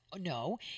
No